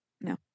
No